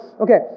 Okay